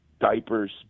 diapers